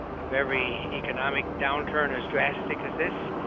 of every economic downturn as drastic as this,